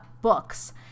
books